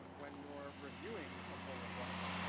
when you're reviewing a pull request.